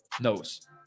knows